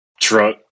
truck